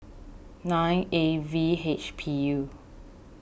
nine A V H P U